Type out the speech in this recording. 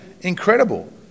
Incredible